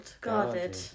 Guarded